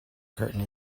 curtain